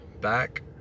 back